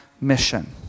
mission